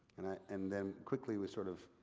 and then quickly we sort of,